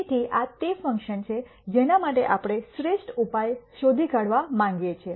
તેથી આ તે ફંકશન છે જેના માટે આપણે શ્રેષ્ઠ ઉપાય શોધી કાઢવા માંગીએ છીએ